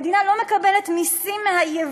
המדינה לא מקבלת מסים מהיבוא,